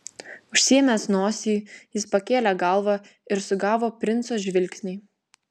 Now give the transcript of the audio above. užsiėmęs nosį jis pakėlė galvą ir sugavo princo žvilgsnį